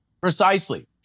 Precisely